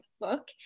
book